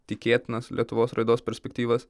tikėtinas lietuvos raidos perspektyvas